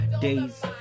days